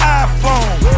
iPhone